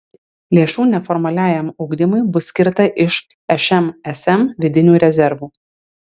lėšų neformaliajam ugdymui bus skirta iš šmsm vidinių rezervų